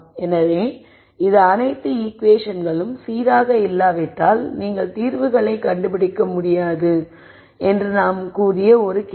எனவே இது அனைத்து ஈகுவேஷன்களும் சீராக இல்லாவிட்டால் நீங்கள் தீர்வுகளைக் கண்டுபிடிக்க முடியாது என்று நாம் கூறிய ஒரு வழக்கு